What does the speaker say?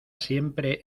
siempre